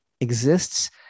exists